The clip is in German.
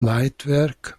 leitwerk